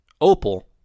opal